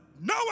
no